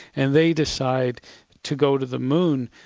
and they decide to go to the moon,